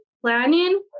planning